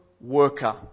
worker